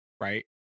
right